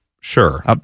Sure